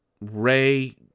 Ray